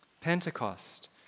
Pentecost